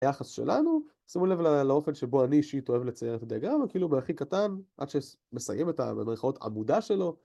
היחס שלנו, שימו לב לאופן שבו אני אישית אוהב לצייר את הדיאגרמה, כאילו מהכי קטן, עד שמסיים את, במירכאות, העמודה שלו